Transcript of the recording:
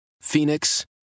Phoenix